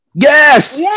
Yes